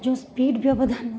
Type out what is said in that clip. ଯେଉଁ ସ୍ପୀଡ଼ ବ୍ୟବଧାନ